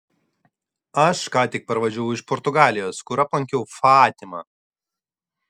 aš ką tik parvažiavau iš portugalijos kur aplankiau fatimą